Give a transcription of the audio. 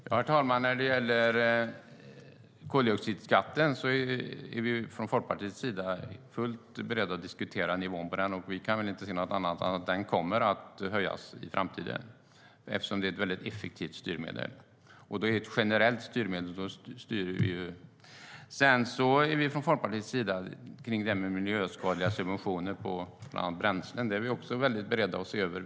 Herr talman! När det gäller koldioxidskatten är vi från Folkpartiets sida fullt beredda att diskutera nivån på den. Vi kan inte se något annat än att den kommer att höjas i framtiden, eftersom det är ett mycket effektivt styrmedel. Det är också ett generellt styrmedel. Miljöskadliga subventioner av bland annat bränslen är vi från Folkpartiets sida också helt beredda att se över.